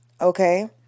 Okay